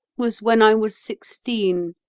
was when i was sixteen.